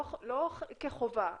לא כחובה,